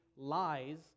lies